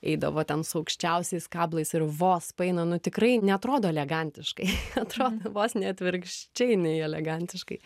eidavo ten su aukščiausiais kablais ir vos paeina nu tikrai neatrodo elegantiškai atrodo vos ne atvirkščiai nei elegantiškai